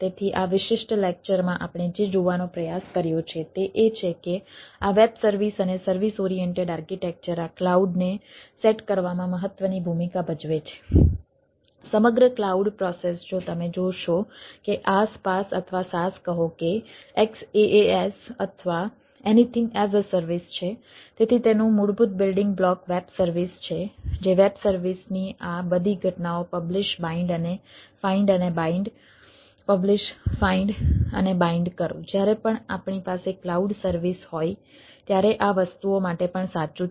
તેથી આ વિશિષ્ટ લેક્ચરમાં આપણે જે જોવાનો પ્રયાસ કર્યો છે તે એ છે કે આ વેબ સર્વિસ અને સર્વિસ ઓરિએન્ટેડ આર્કિટેક્ચર આ ક્લાઉડને સેટ અને બાઈન્ડ પબ્લીશ ફાઈન્ડ અને બાઈન્ડ કરો જ્યારે પણ આપણી પાસે ક્લાઉડ સર્વિસ હોય ત્યારે આ વસ્તુઓ માટે પણ સાચું છે